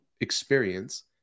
experience